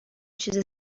چیزی